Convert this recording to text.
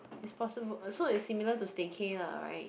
is possible so is similar to stay cay lah right